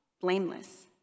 blameless